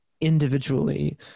individually